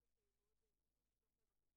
אם ינגישו את הטופס לפחות בשלוש שפות זה יעזור.